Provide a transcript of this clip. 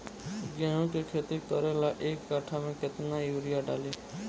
गेहूं के खेती करे ला एक काठा में केतना युरीयाँ डाली?